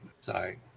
Sorry